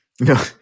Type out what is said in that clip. No